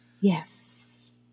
Yes